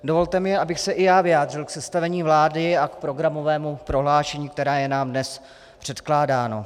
Dovolte mi, abych se i já vyjádřil k sestavení vlády a k programovému prohlášení, které je nám dnes předkládáno.